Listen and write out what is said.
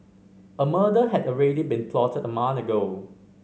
a murder had already been plotted a month ago